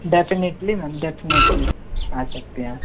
definitely ma'am definitely आ सकती हैं आप